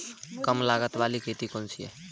कम लागत वाली खेती कैसे करें?